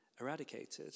eradicated